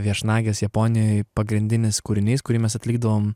viešnagės japonijoj pagrindinis kūrinys kurį mes atlikdavom